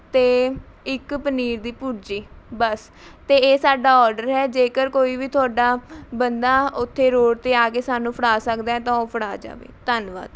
ਅਤੇ ਇੱਕ ਪਨੀਰ ਦੀ ਭੁਰਜੀ ਬਸ ਅਤੇ ਇਹ ਸਾਡਾ ਔਰਡਰ ਹੈ ਜੇਕਰ ਕੋਈ ਵੀ ਤੁਹਾਡਾ ਬੰਦਾ ਉੱਥੇ ਰੋਡ 'ਤੇ ਆ ਕੇ ਸਾਨੂੰ ਫੜਾ ਸਕਦਾ ਹੈ ਤਾਂ ਉਹ ਫੜਾ ਜਾਵੇ ਧੰਨਵਾਦ